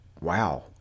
wow